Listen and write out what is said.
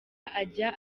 ajya